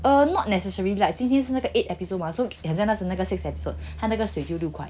err not necessary like 今天是哪个 eight episode mah so you then 很像那时那个 sixth episode 他那个水就六块